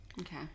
Okay